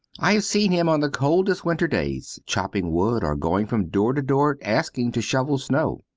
i have seen him on the coldest winter days, chopping wood or going from door to door asking to shovel snow,